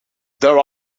there